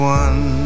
one